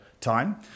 time